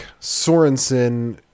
Sorensen